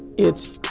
it's